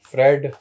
Fred